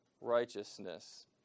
Righteousness